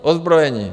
Ozbrojení!